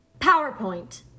PowerPoint